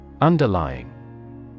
Underlying